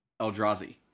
Eldrazi